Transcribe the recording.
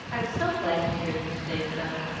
i'm so glad to hear you say so.